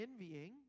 envying